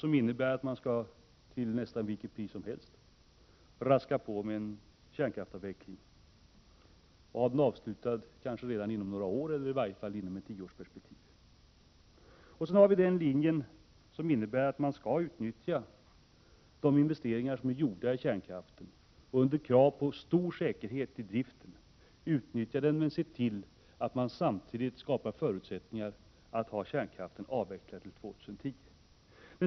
Den innebär att man till nästan vilket pris som helst skall raska på med en avveckling och ha den avslutad inom några år eller i varje fall inom ett årtionde. Sedan har vi den linje som innebär att man ännu en tid skall utnyttja kärnkraften under högsta tänkbara krav på stor säkerhet i driften samtidigt som man skapar förutsättningar för en avveckling till senast år 2010.